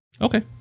Okay